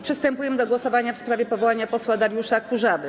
Przystępujemy do głosowania w sprawie powołania posła Dariusza Kurzawy.